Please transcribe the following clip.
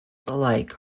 alike